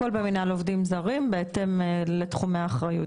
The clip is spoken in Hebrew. הכול במינהל עובדים זרים בהתאם לתחומי האחריות.